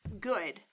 good